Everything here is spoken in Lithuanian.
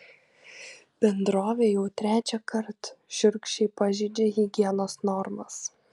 bendrovė jau trečiąkart šiurkščiai pažeidžia higienos normas